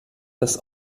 dass